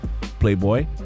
playboy